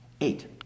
eight